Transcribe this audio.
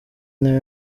nawe